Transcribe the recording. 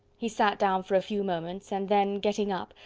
he sat down for a few moments, and then getting up,